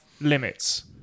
limits